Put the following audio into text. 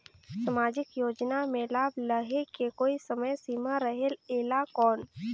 समाजिक योजना मे लाभ लहे के कोई समय सीमा रहे एला कौन?